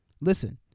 Listen